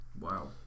Wow